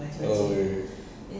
oh okay okay